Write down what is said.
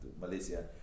Malaysia